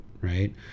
right